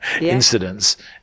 incidents